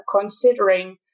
considering